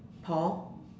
Paul